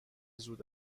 زود